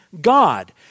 God